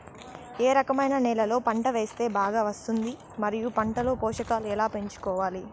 ఏ రకమైన నేలలో పంట వేస్తే బాగా వస్తుంది? మరియు పంట లో పోషకాలు ఎలా పెంచుకోవాలి?